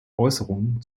äußerungen